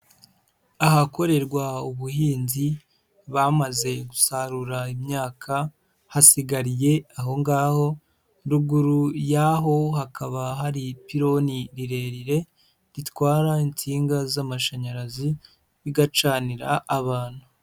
Ahakorerwa ubuhinzi bamaze gusarura imyaka hasigariye aho ngaho, ruguru y'aho hakaba hari ipironi rirerire ritwara insinga z'amashanyarazi bigacanira abantu.